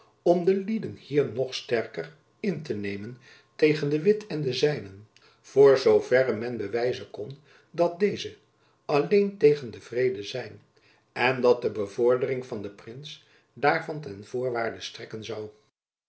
de lieden hier nog sterker in te nemen tegen de witt en de zijnen voor zoo verre men bewijzen kon dat deze jacob van lennep elizabeth musch alleen tegen den vrede zijn en dat de bevordering van den prins daarvan ten voorwaarde strekken zoû